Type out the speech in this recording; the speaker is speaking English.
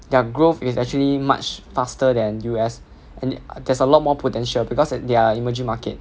their growth is actually much faster than U_S and there's a lot more potential because that they are emerging market